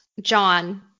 John